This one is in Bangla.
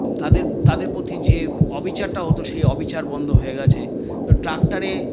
তাদের তাদের প্রতি যে অবিচারটা হত সেই অবিচার বন্ধ হয়ে গেছে ট্রাক্টরে